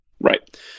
Right